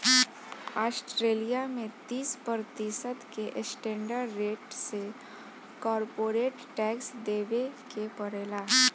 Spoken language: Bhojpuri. ऑस्ट्रेलिया में तीस प्रतिशत के स्टैंडर्ड रेट से कॉरपोरेट टैक्स देबे के पड़ेला